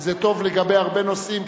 וזה טוב לגבי הרבה נושאים,